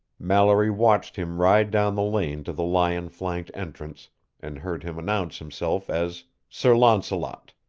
mallory watched him ride down the lane to the lion-flanked entrance and heard him announce himself as sir launcelot.